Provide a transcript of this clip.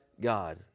God